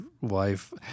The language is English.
wife